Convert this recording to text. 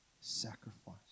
sacrifice